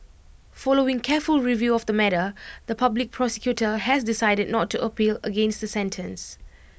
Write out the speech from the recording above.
following careful review of the matter the Public Prosecutor has decided not to appeal against the sentence